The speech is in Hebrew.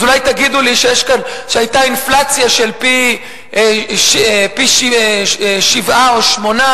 אז אולי תגידו לי שהיתה אינפלציה פי שבעה או שמונה,